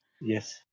Yes